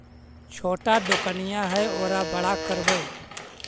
छोटा दोकनिया है ओरा बड़ा करवै?